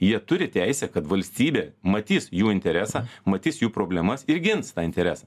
jie turi teisę kad valstybė matys jų interesą matys jų problemas ir gins tą interesą